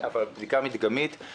זה קצב אדיר.